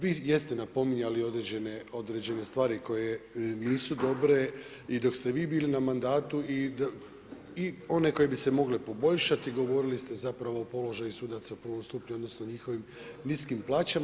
Vi jeste napominjali određene, određene stvari koje nisu dobre i dok ste vi bili na mandatu i one koje bi se mogle poboljšati i govorili ste zapravo o položaju sudaca u prvom stupnju, odnosno o njihovim niskim plaćama.